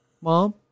Mom